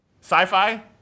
Sci-Fi